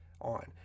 on